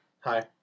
Hi